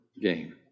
game